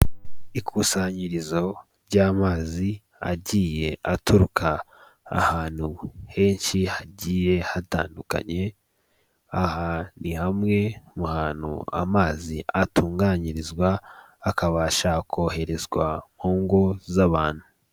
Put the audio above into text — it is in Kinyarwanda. Ikusanyirizo ry'amazi agiye aturuka ahantu henshi hagiye hatandukanye aha ni hamwe mu hantu amazi atunganyirizwa akabasha koherezwa mu ngo z'abantu.